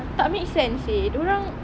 tak makes sense seh diorang